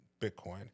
Bitcoin